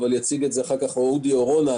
אבל יציגו את זה אחר כך אודי או רונה,